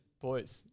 boys